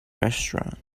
restaurant